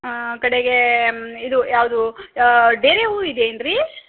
ಹಾಂ ಕಡೆಗೆ ಮ್ ಇದು ಯಾವುದು ಡೇರೆ ಹೂ ಇದೆ ಏನು ರೀ